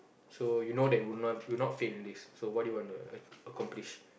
so you know that you would you would not fail in this what would you wanna accomplish